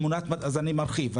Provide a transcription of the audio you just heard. אז אני מרחיב,